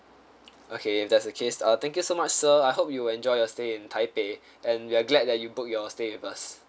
okay if that's the case uh thank you so much sir I hope you enjoy your stay in taipei and we are glad that you book your stay with us